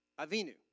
Avinu